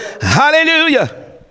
hallelujah